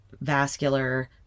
vascular